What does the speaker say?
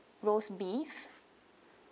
roast beef